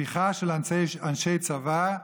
הפיכה של אנשי צבא,